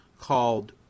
called